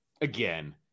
again